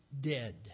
dead